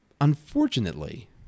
Unfortunately